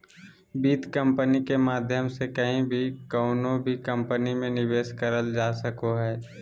वित्त कम्पनी के माध्यम से कहीं भी कउनो भी कम्पनी मे निवेश करल जा सको हय